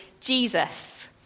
Jesus